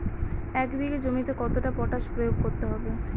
এক বিঘে জমিতে কতটা পটাশ প্রয়োগ করতে হবে?